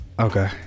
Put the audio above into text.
Okay